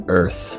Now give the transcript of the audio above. earth